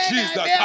Jesus